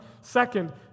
second